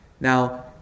now